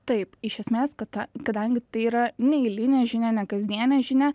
taip iš esmės kata kadangi tai yra neeilinė žinia nekasdienė žinia